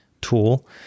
tool